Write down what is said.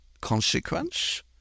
consequence